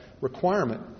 requirement